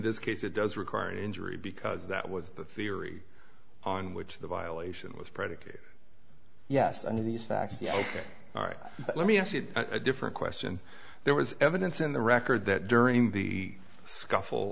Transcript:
this case it does require an injury because that was the theory on which the violation was predicated yes under these facts yeah ok all right but let me ask you a different question there was evidence in the record that during the scuffle